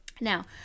now